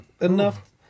enough